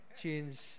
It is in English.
change